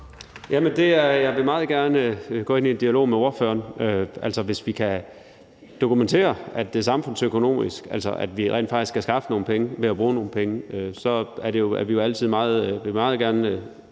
Jeg vil meget gerne gå ind i en dialog med spørgeren. Hvis vi kan dokumentere, at det samfundsøkonomisk er godt, altså at vi rent faktisk kan skaffe nogle penge ved at bruge nogle penge, så er vi jo altid klar